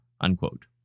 unquote